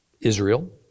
Israel